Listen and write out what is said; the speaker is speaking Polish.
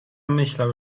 myślał